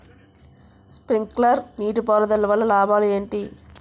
Sprinkler నీటిపారుదల వల్ల లాభాలు ఏంటి?